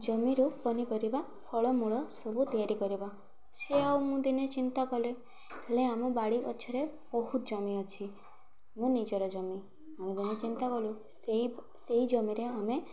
ଜମିରୁ ପନିପରିବା ଫଳମୂଳ ସବୁ ତିଆରି କରିବା ସେ ଆଉ ମୁଁ ଦିନେ ଚିନ୍ତା କଲେ ହେଲେ ଆମ ବାଡ଼ି ଗଛରେ ବହୁତ ଜମି ଅଛି ମଁ ନିଜର ଜମି ଆମେ ଦିନେ ଚିନ୍ତା କଲୁ ସେଇ ସେଇ ଜମିରେ ଆମେ